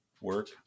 work